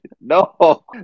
No